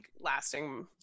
lasting